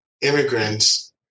immigrants